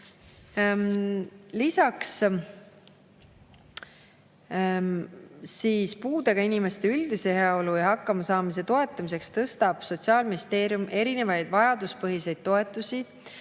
Lisaks, puudega inimeste üldise heaolu ja hakkamasaamise toetamiseks tõstab Sotsiaalministeerium erinevaid vajaduspõhiseid toetusi